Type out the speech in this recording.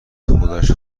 خودش